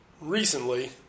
recently